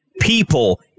people